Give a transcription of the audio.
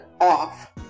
off